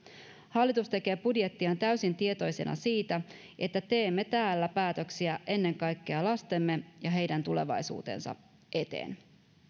hallitus tekee budjettiaan täysin tietoisena siitä että teemme täällä päätöksiä ennen kaikkea lastemme ja heidän tulevaisuutensa eteen